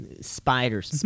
spiders